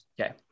Okay